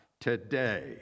today